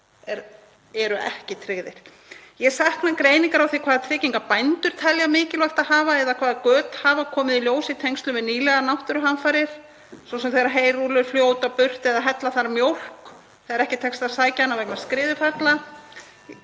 eru ekki tryggðir. Ég sakna greiningar á því hvaða tryggingar bændur telja mikilvægt að hafa eða hvaða göt hafa komið í ljós í tengslum við nýlegar náttúruhamfarir, svo sem þegar heyrúllur fljóta burt eða hella þarf mjólk þegar ekki tekst að sækja hana vegna skriðufalla.